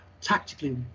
tactically